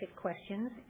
questions